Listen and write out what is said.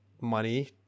money